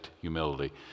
humility